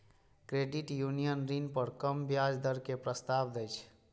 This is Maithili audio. क्रेडिट यूनियन ऋण पर कम ब्याज दर के प्रस्ताव दै छै